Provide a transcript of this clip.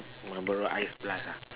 Malboro ice plus ah